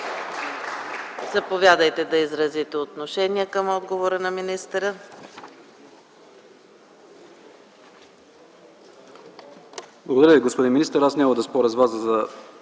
Заповядайте да изразите отношение към отговора на министъра.